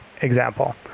example